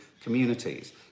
communities